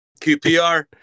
QPR